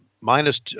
minus